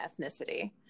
ethnicity